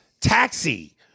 Taxi